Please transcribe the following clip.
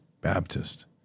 Baptist